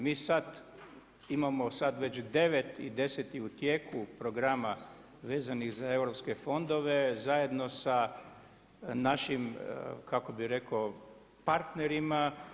Mi sad imamo sad već deveti i deseti u tijeku programa vezanih za europske fondove zajedno sa našim kako bih rekao partnerima.